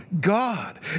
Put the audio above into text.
God